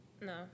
no